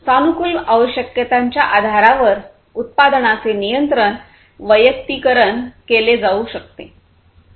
सानुकूल आवश्यकतांच्या आधारावर उत्पादनाचे नियंत्रण वैयक्तिकरण केले जाऊ शकते